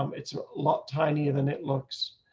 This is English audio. um it's a lot tinier than it looks.